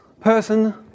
person